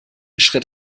schritt